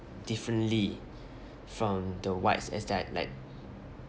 differently from the whites as they're like